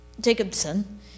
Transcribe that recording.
Jacobson